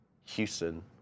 Houston